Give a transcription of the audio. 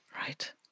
Right